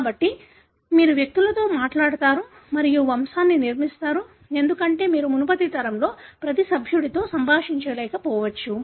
కాబట్టి మీరు వ్యక్తులతో మాట్లాడతారు మరియు వంశాన్ని నిర్మిస్తారు ఎందుకంటే మీరు మునుపటి తరంలోని ప్రతి సభ్యుడితో సంభాషించకపోవచ్చు